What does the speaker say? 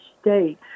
state